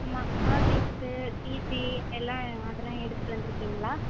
mark list TC எல்லாம் அதெல்லாம் எடுத்துகிட்டு வந்துயிருக்கீங்களா